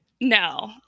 no